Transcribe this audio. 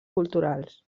culturals